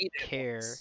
care